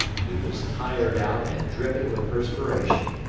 he was tired out and dripping with perspiration.